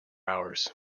hours